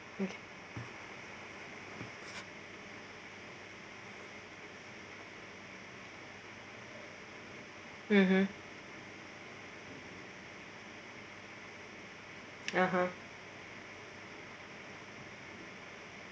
mm mmhmm (uh huh)